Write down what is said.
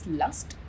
lust